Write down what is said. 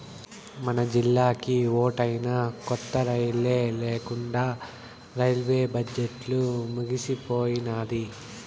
మనజిల్లాకి ఓటైనా కొత్త రైలే లేకండా రైల్వే బడ్జెట్లు ముగిసిపోయినాది